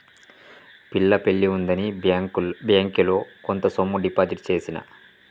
పిల్ల పెళ్లి ఉందని బ్యేంకిలో కొంత సొమ్ము డిపాజిట్ చేసిన